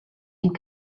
and